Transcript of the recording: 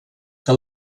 que